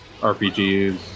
RPGs